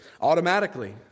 Automatically